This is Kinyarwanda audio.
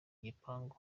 gipangu